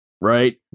right